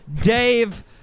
Dave